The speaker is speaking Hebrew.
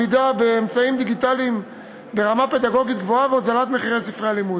באמצעים דיגיטליים ברמה פדגוגית גבוהה והוזלת מחירי ספרי הלימוד.